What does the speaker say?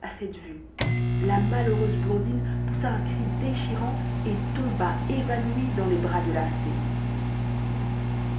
a cette vue la malheureuse blondine poussa un cri déchirant et tomba évanouie dans les bras de la fée